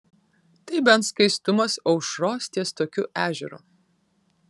tai bent skaistumas aušros ties tokiu ežeru